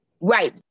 Right